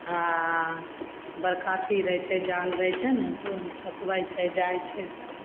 आओर बड़का अथी रहय छै जाल रहय छै ने तऽ ओइेमे फँसबय छै जाय छै सब